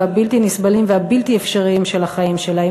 והבלתי-נסבלים והבלתי-אפשריים של החיים שלהם?